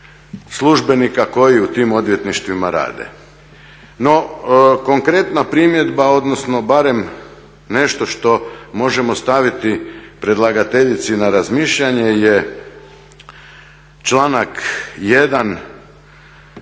službenika koji u tim odvjetništvima rade. No, konkretna primjedba odnosno barem nešto što možemo staviti predlagateljici na razmišljanje je članak